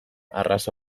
arraza